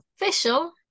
official